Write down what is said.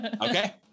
Okay